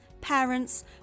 parents